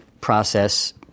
process